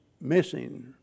missing